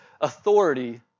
authority